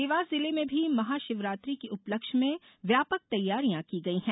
देवास जिले में भी महाशिवरात्रि की उपलक्ष्य में व्यापक तैयारियां की गई हैं